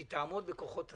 שהיא תעמוד בכוחות עצמה.